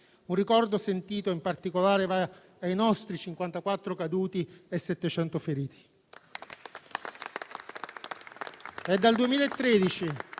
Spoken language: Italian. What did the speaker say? Un ricordo sentito in particolare va ai nostri 54 caduti e 700 feriti.